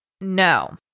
No